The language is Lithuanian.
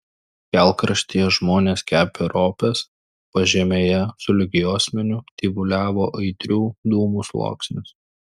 kelkraštyje žmonės kepė ropes pažemėje sulig juosmeniu tyvuliavo aitrių dūmų sluoksnis